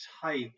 type